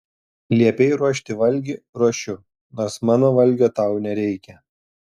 liepei ruošti valgį ruošiu nors mano valgio tau nereikia